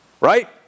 Right